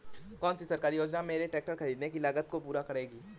कौन सी सरकारी योजना मेरे ट्रैक्टर ख़रीदने की लागत को पूरा करेगी?